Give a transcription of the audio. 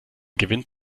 gewinnt